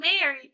married